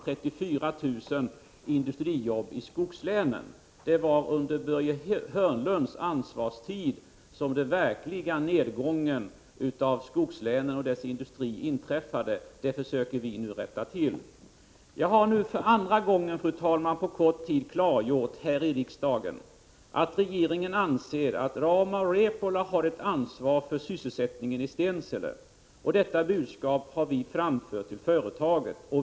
34 000 industrijobb försvann i skogslänen. Det var under Börje Hörnlunds partis ansvarstid som den verkliga nedgången i skogslänen och dess industri inträffade. Det försöker vi nu rätta till. Jag har nu, fru talman, för andra gången på kort tid klargjort här i riksdagen att regeringen anser att Rauma Repola har ett ansvar för sysselsättningen i Stensele. Detta budskap har vi framfört till företaget.